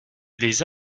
les